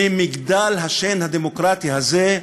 ממגדל השן הדמוקרטי הזה,